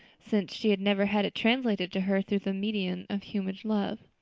since she had never had it translated to her through the medium of human love.